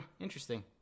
interesting